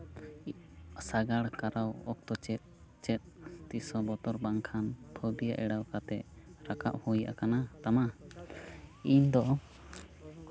ᱥᱟᱜᱟᱲ ᱠᱟᱨᱟᱣ ᱚᱠᱛᱚ ᱪᱮᱫ ᱪᱮᱫ ᱛᱤᱥ ᱦᱚᱸ ᱵᱚᱛᱚᱨ ᱵᱟᱝᱠᱷᱟᱱ ᱮᱲᱟᱣ ᱠᱟᱛᱮᱫ ᱨᱟᱠᱟᱵ ᱦᱩᱭ ᱟᱠᱟᱱ ᱛᱟᱢᱟ ᱤᱧ ᱫᱚ